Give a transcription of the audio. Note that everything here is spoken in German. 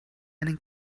einen